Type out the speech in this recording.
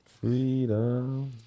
Freedom